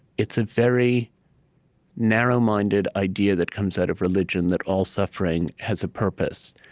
it's a very narrow-minded idea that comes out of religion, that all suffering has a purpose.